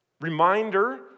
Reminder